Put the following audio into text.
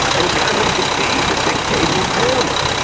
and got him to be the dictator of panama.